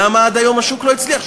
למה עד היום השוק לא הצליח,